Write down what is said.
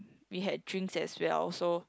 we had drinks as well so